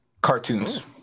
Cartoons